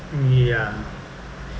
ya